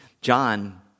John